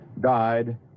died